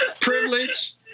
privilege